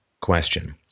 question